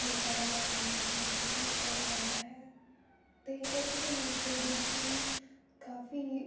ਲੋਕਾਂ ਦਾ ਬਾਹਰ ਨਿਕਲਣਾ ਬਹੁਤ ਹੀ ਔਖਾ ਹੋ ਜਾਂਦਾ ਹੈ ਅਤੇ ਇੱਥੇ ਦੇ ਨੇਚਰ ਦੇ ਵਿੱਚ ਵੀ ਕਾਫ਼ੀ